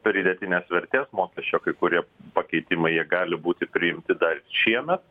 pridėtinės vertės mokesčio kai kurie pakeitimai jie gali būti priimti dar šiemet